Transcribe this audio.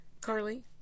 Carly